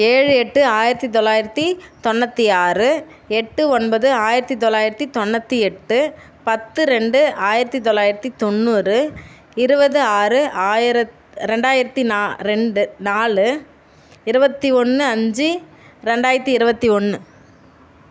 ஏழு எட்டு ஆயிரத்தி தொள்ளாயிரத்தி தொண்ணூற்றி ஆறு எட்டு ஒன்பது ஆயிரத்தி தொள்ளாயிரத்தி தொண்ணூற்றி எட்டு பத்து ரெண்டு ஆயிரத்தி தொள்ளாயிரத்தி தொண்ணூறு இருபது ஆறு ஆயிரத்தி ரெண்டாயிரத்தி நா ரெண்டு நாலு இருபத்தி ஒன்று அஞ்சு ரெண்டாயிரத்தி இருபத்தி ஒன்று